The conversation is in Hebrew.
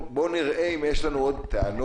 בואו ונראה אם יש לנו עוד טענות,